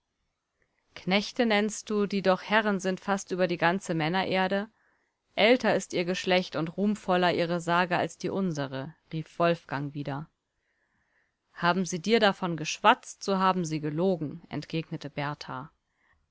knechte nennst du die doch herren sind fast über die ganze männererde älter ist ihr geschlecht und ruhmvoller ihre sage als die unsere rief wolfgang wieder haben sie dir davon geschwatzt so haben sie gelogen entgegnete berthar